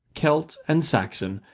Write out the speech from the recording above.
celt, and saxon,